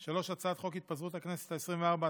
3. הצעת חוק התפזרות הכנסת העשרים-וארבע,